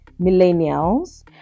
millennials